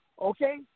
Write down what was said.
okay